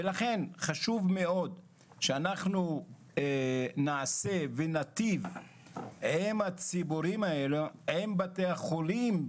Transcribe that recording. לכן זה חשוב מאוד שאנחנו נעשה וניטיב עם בציבור הזה ועם בתי החולים,